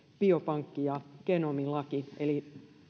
biopankki ja genomilaki eli